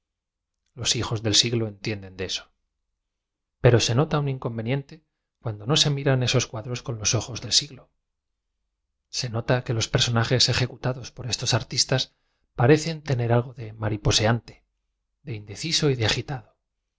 los hijos del siglo entienden de eso pero se nota un inconveniente cuando no se miran esos cuadros con iob ojos del si glo se nota que los personajes ejecutados por estos artistas parecen tener ao de mariposeante de inde ciso y de agitado de